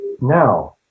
Now